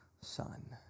son